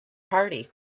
party